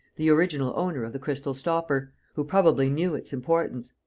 the original owner of the crystal stopper, who probably knew its importance.